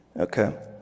Okay